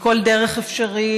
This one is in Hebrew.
בכל דרך אפשרית,